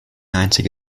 einzige